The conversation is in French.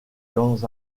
dans